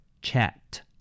chat